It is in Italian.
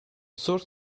source